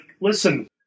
listen